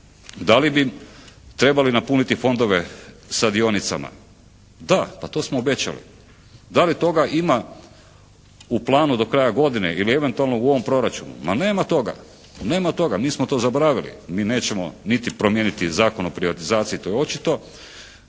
Da li bi trebali napuniti fondove sa dionicama? Da. Pa to smo obećali. Da li toga ima u planu do kraja godine, ili eventualno u ovom proračunu? Ma nema toga. Nema toga, mi smo to zaboravili. Mi nećemo niti promijeniti Zakon o privatizaciji, to je očito.